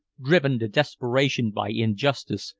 driven to desperation by injustice,